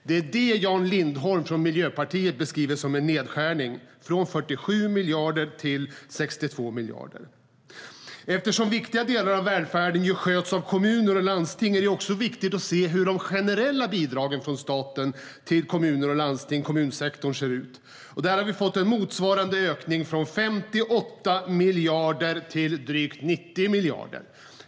Det är det Jan Lindholm från Miljöpartiet beskriver som en nedskärning - från 47 miljarder till 62 miljarder. Eftersom viktiga delar av välfärden sköts av kommuner och landsting är det också viktigt att se hur de generella bidragen från staten till kommunsektorn ser ut. Där har vi fått en motsvarande ökning från 58 miljarder till drygt 90 miljarder.